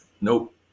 Nope